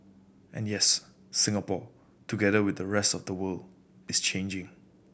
and yes Singapore together with the rest of the world is changing